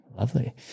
Lovely